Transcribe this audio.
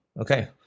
okay